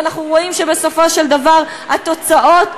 ואנחנו רואים שבסופו של דבר יש לזה התוצאות,